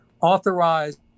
authorized